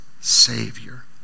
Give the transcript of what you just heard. savior